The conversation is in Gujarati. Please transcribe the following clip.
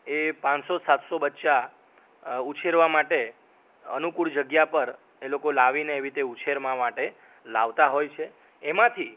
એ પાંચસો સાતસો બચ્ચા ઉછેરવા માટે અનુકૂળ જગ્યા પર એ લોકો લાવીને એવી રીતે ઉછેરવા માટે લાવતા હોય છે એમાંથી